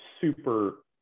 super